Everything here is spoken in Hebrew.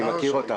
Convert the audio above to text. אני מכיר אותך,